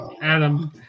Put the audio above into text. Adam